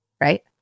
right